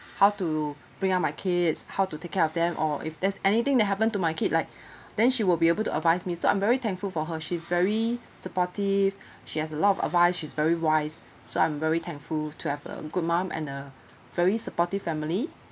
how to bring up my kids how to take care of them or if there's anything that happen to my kid like then she will be able to advise me so I'm very thankful for her she's very supportive she has a lot of advice she's very wise so I'm very thankful to have a good mom and a very supportive family